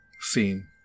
scene